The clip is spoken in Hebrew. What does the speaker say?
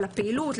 על הפעילות,